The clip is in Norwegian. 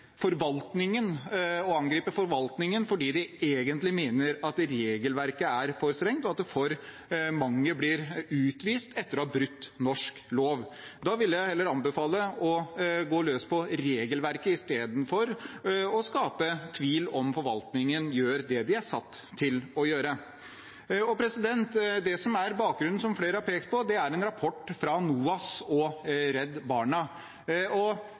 forvaltningen fordi de egentlig mener at for mange blir utvist etter å ha brutt norsk lov. Jeg vil anbefale heller å gå løs på regelverket i stedet for å skape tvil om forvaltningen gjør det de er satt til å gjøre. Det som er bakgrunnen, og som flere har pekt på, er en rapport fra NOAS og Redd Barna.